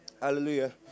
Hallelujah